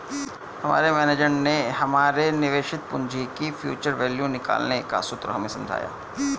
हमारे मेनेजर ने हमारे निवेशित पूंजी की फ्यूचर वैल्यू निकालने का सूत्र हमें समझाया